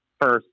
first